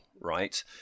right